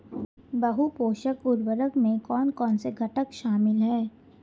बहु पोषक उर्वरक में कौन कौन से घटक शामिल हैं?